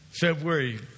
February